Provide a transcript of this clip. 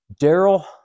Daryl